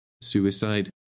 Suicide